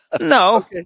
no